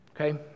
Okay